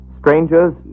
strangers